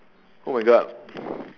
oh my god